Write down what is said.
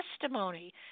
testimony